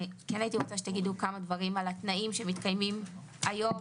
הייתי רוצה שתגידו כמה דברים על התנאים שמתקיימים היום,